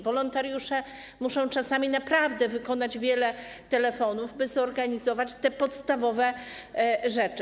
Wolontariusze muszą czasami naprawdę wykonać wiele telefonów, by zorganizować te podstawowe rzeczy.